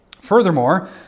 Furthermore